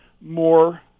more